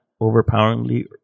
Overpoweringly